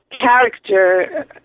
character